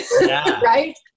right